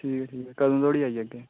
ठीक ऐ ठीक ऐ कदूं धोड़ी आई जाह्गे